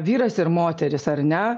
vyras ir moteris ar ne